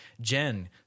Jen